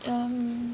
um